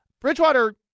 Bridgewater